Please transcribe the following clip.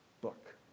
book